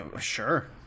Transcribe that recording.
Sure